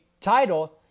title